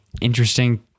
interesting